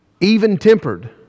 Even-tempered